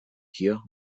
here